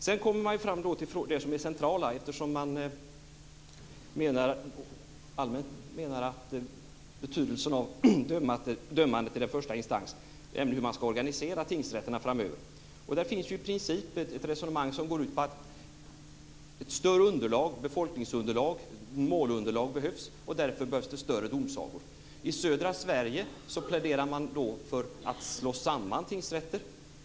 Sedan kommer vi fram till det centrala, eftersom man allmänt håller fram betydelsen av dömandet i den första instansen, nämligen hur tingsrätterna ska organiseras framöver. Där finns i princip ett resonemang som går ut på att ett större befolkningsunderlag, målunderlag, behövs och därför behövs det större domsagor. I södra Sverige pläderar man för att slå samman tingsrätter.